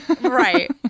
Right